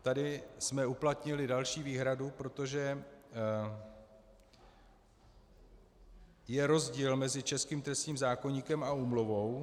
Tady jsme uplatnili další výhradu, protože je rozdíl mezi českým trestním zákoníkem a úmluvou.